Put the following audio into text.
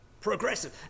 Progressive